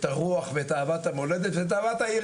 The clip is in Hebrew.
את הרוח ואת אהבת המולדת ואת אהבת העיר